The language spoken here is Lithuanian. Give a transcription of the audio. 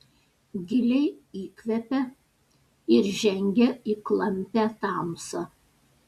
giliai įkvepia ir žengia į klampią tamsą